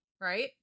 right